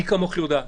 מי כמוך יודעת.